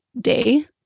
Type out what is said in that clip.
day